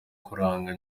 kuranga